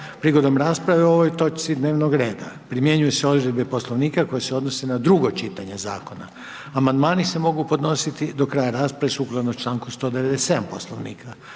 Prigodom rasprave o ovoj točci dnevnog reda primjenjuju se odredbe Poslovnika koje se odnose na drugo čitanje zakona. Amandmani se mogu podnositi do kraja rasprave sukladno članku 197. Poslovnika.